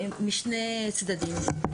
משני צדדים.